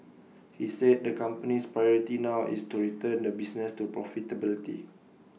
he said the company's priority now is to return the business to profitability